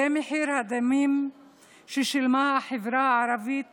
זה מחיר הדמים ששילמה החברה הערבית